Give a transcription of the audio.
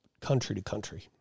country-to-country